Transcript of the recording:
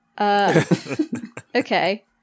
Okay